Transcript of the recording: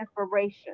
inspiration